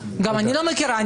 גם אני לא מכירה.